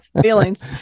feelings